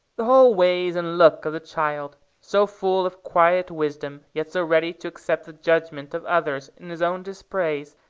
the whole ways and look of the child, so full of quiet wisdom, yet so ready to accept the judgment of others in his own dispraise,